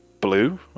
Blue